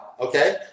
okay